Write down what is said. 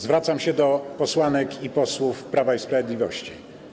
Zwracam się do posłanek i posłów Prawa i Sprawiedliwości.